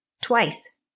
Twice